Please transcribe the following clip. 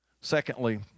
Secondly